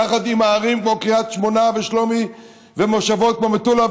יחד עם הערים כמו קריית שמונה ושלומי ומושבות כמו מטולה,